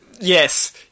Yes